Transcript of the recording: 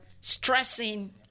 stressing